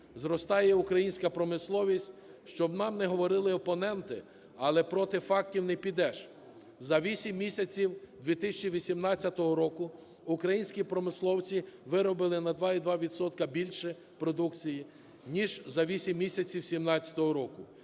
Зростає українська промисловість, що б нам не говорили опоненти, але проти фактів не підеш. За 8 місяців 2018 року українські промисловці виробили на 2,2 відсотка більше продукції, ніж за 8 місяців 17-го року.